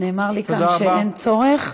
נאמר לי כאן שאין צורך.